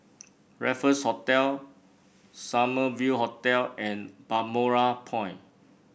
Raffles Hotel Summer View Hotel and Balmoral Point